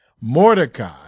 Mordecai